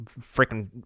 freaking